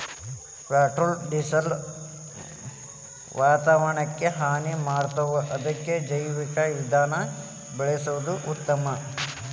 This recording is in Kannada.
ಪೆಟ್ರೋಲ ಡಿಸೆಲ್ ವಾತಾವರಣಕ್ಕ ಹಾನಿ ಮಾಡ್ತಾವ ಅದಕ್ಕ ಜೈವಿಕ ಇಂಧನಾ ಬಳಸುದ ಉತ್ತಮಾ